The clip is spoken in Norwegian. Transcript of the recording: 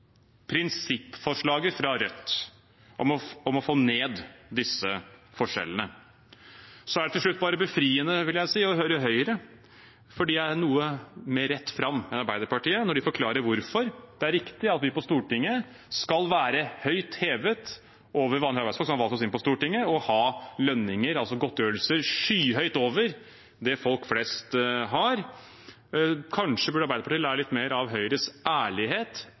om å få ned disse forskjellene. Det er til slutt bare befriende, vil jeg si, å høre Høyre, fordi de er noe mer rett fram enn Arbeiderpartiet når de forklarer hvorfor det er riktig at vi på Stortinget skal være høyt hevet over vanlige arbeidsfolk som har valgt oss inn på Stortinget, og ha lønninger, altså godtgjørelser, skyhøyt over det folk flest har. Kanskje burde Arbeiderpartiet lære litt mer av Høyres ærlighet.